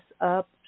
up